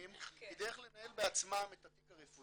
היא דרך לנהל בעצמם את התיק הרפואי,